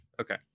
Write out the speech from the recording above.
Okay